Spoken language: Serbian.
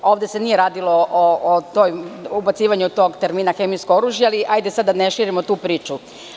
Ovde se nije radilo o ubacivanju tog termina „hemijsko oružje“, ali hajde sad da ne širimo tu priču.